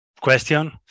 question